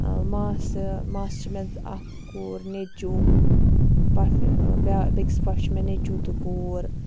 ماسہٕ ماسہِ چھِ مےٚ اکھ کوٗر نیٚچوٗ پۄفہِ بیٚکِس پۄفہِ چھُ مےٚ نیٚچوٗ تہٕ کوٗر